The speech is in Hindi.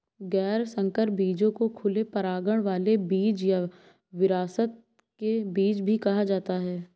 गैर संकर बीजों को खुले परागण वाले बीज या विरासत के बीज भी कहा जाता है